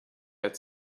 had